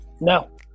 no